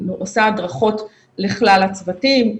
היא עושה הדרכות לכלל הצוותים.